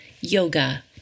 yoga